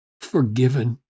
forgiven